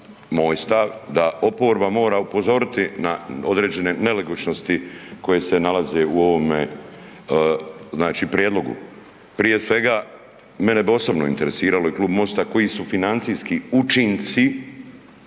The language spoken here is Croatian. moj stav, da oporba mora upozoriti na određene nelogičnosti koje se nalaze u ovome znači prijedlogu. Prije svega, mene bi osobno interesiralo i Klub Mosta, koji su financijski učinci